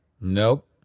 Nope